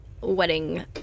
wedding